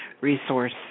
resource